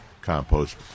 compost